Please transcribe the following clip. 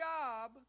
job